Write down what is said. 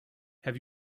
have